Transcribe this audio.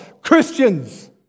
Christians